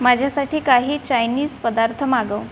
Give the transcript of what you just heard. माझ्यासाठी काही चायनीस पदार्थ मागव